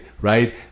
Right